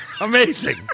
amazing